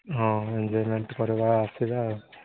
ହଁ ଏନଜୟମେଣ୍ଟ୍ କରିବା ଆସିବା ଆଉ